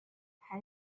how